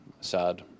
sad